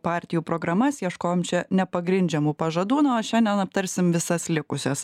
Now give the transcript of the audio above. partijų programas ieškojom čia nepagrindžiamų pažadų na o šiandien aptarsim visas likusias